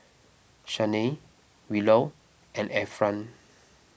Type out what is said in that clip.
Shanae Willow and Efren